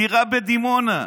דירה בדימונה.